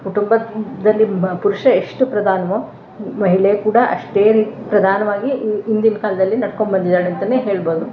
ಕುಟುಂಬದಲ್ಲಿ ಪುರುಷ ಎಷ್ಟು ಪ್ರಧಾನವೋ ಮಹಿಳೆ ಕೂಡ ಅಷ್ಟೇ ರೀ ಪ್ರಧಾನವಾಗಿ ಹಿಂದಿನ ಕಾಲದಲ್ಲಿ ನಡ್ಕೊಂಡ್ಬಂದಿದ್ದಾಳೆ ಅಂತಲೇ ಹೇಳ್ಬೋದು